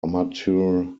amateur